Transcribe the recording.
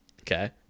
okay